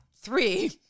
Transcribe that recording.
three